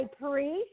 priest